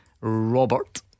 Robert